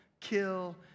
kill